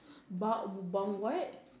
but but what